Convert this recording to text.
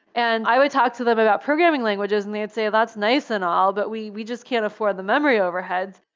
and i would talk to them about programming languages and they'd say, that nice and all, but we we just can't afford the memory overheads.